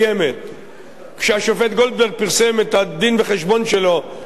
כשהשופט גולדברג פרסם את הדין-וחשבון שלו והגיש אותו לממשלה